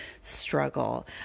struggle